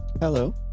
Hello